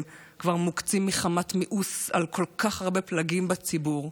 הם כבר מוקצים מחמת מיאוס על כל כך הרבה פלגים בציבור.